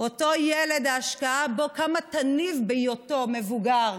אותו ילד, ההשקעה בו, כמה תניב בהיותו מבוגר,